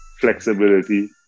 flexibility